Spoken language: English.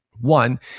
One